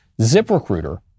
ZipRecruiter